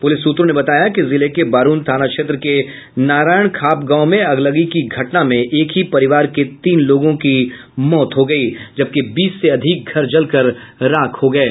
police सूत्रों ने बताया कि जिले के बारूण थाना क्षेत्र के नारायण खाप गांव में अगलगी की घटना में एक ही परिवार के तीन लोगों की मौत हो गयी जबकि बीस से अधिक घर जलकर राख हो गये